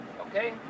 Okay